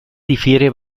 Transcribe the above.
difiere